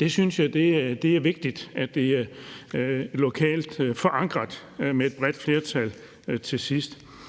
Jeg synes, det er vigtigt, at det er lokalt forankret med et bredt flertal til sidst.